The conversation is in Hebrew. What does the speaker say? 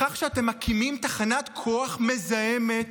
בכך שאתם מקימים תחנת כוח מזהמת